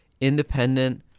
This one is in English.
independent